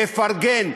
לפרגן.